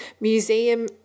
museum